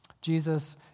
Jesus